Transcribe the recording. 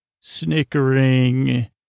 snickering